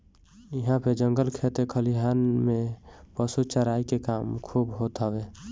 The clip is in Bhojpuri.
इहां पे जंगल खेत खलिहान में पशु चराई के काम खूब होत हवे